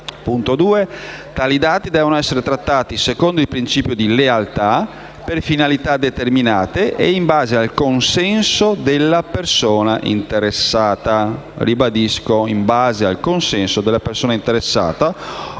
riguardano. Tali dati devono essere trattati secondo il principio di lealtà, per finalità determinate e in base al consenso della persona interessata»